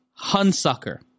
Hunsucker